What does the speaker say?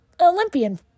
Olympian